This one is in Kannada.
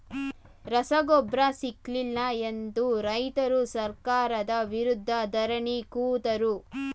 ರಸಗೊಬ್ಬರ ಸಿಕ್ಕಲಿಲ್ಲ ಎಂದು ರೈತ್ರು ಸರ್ಕಾರದ ವಿರುದ್ಧ ಧರಣಿ ಕೂತರು